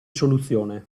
soluzione